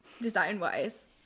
Design-wise